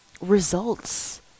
results